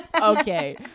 Okay